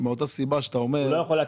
אותו פלאפון כפול,